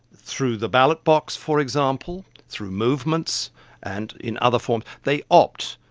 through the ballot box for example, through movements and in other forms, they opt,